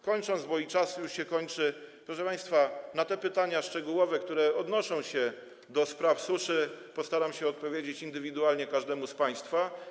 Kończąc, bo i czas już się kończy, proszę państwa, chcę powiedzieć, że na pytania szczegółowe, które odnoszą się do spraw suszy, postaram się odpowiedzieć indywidualnie każdemu z państwa.